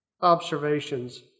observations